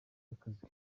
akazi